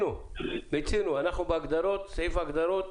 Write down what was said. אנחנו בסעיף ההגדרות.